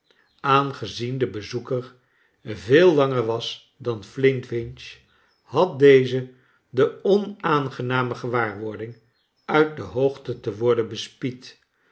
aangezien de bezoeker veel langer was dan flintwinch had deze de onaangename gewaarwording uit de hoogte te worden